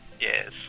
Yes